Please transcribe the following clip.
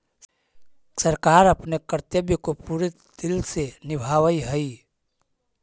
सरकार अपने कर्तव्य को पूरे दिल से निभावअ हई